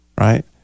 Right